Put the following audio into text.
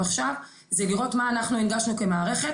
עכשיו זה לראות מה אנחנו הנגשנו כמערכת.